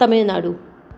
Tamil Nadu